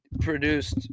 produced